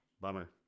Bummer